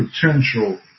potential